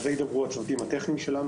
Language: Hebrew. על זה ידברו הצוותים הטכניים שלנו,